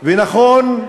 ונכון,